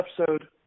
episode